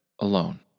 alone